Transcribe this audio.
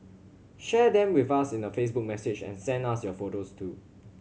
share them with us in a Facebook message and send us your photos too